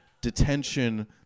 detention